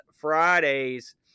Friday's